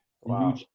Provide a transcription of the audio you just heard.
Wow